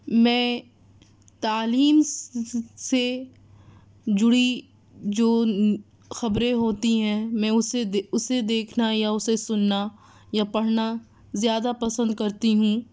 میں تعلیم سے جڑی جو خبریں ہوتی ہیں میں اسے اسے دیکھنا یا اسے سننا یا پڑھنا زیادہ پسند کرتی ہوں